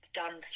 done